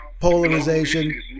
polarization